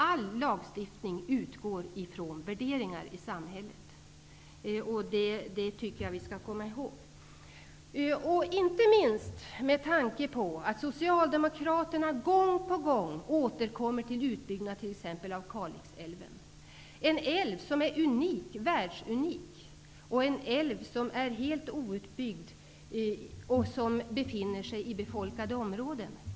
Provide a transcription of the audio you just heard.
All lagstiftning utgår från värderingar i samhället. Det tycker jag att vi skall komma ihåg, inte minst med tanke på att Socialdemokraterna gång på gång återkommer till utbyggnaden av t.ex. Kalixälven. Det är en älv som är världsunik och en älv som är helt outbyggd och som finns i befolkade områden.